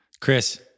Chris